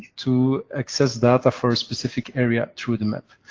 to access data for a specific area, through the map.